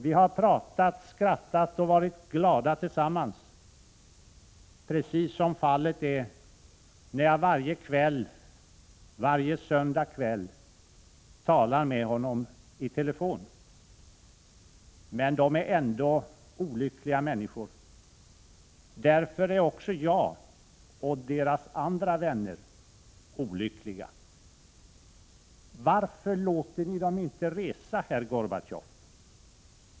Vi har pratat, skrattat och varit glada tillsammans; precis som fallet är när jag varje söndagkväll talar med honom i telefon. Men de är ändå olyckliga människor. Därför är också jag och deras andra vänner olyckliga. Varför tillåter ni dem inte att resa, herr Gorbatjov?